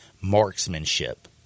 marksmanship